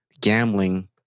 Gambling